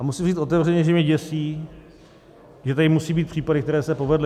Musím říct otevřeně, že mě děsí, že tady musí být případy, které se povedly.